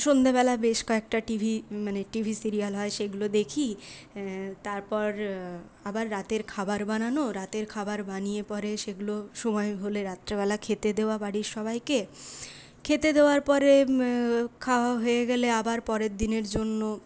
সন্ধ্যেবেলা বেশ কয়েকটা টিভি মানে টিভি সিরিয়াল হয় সেগুলো দেখি তারপর আবার রাতের খাবার বানানো রাতের খাবার বানিয়ে পরে সেগুলো সময় হলে রাত্রিবেলা খেতে দেওয়া বাড়ির সবাইকে খেতে দেওয়ার পরে খাওয়া হয়ে গেলে আবার পরের দিনের জন্য